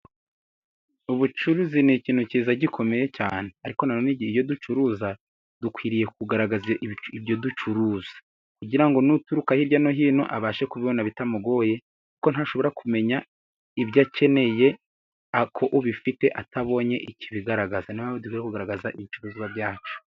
Ubucuruzi ni ikintu cyiza gikomeye cyane. Ariko na none igihe iyo ducuruza, dukwiriye kugaragaza ibyo ducuruza kugira ngo nuturuka hirya no hino, abashe kubibona bitamugoye, kuko ntashobora kumenya ibyo akeneye ko ubifite, atabonye ikibigaragaza. Ni yo mpamvu dukwiye kugaragaza ibicuruzwa byacu.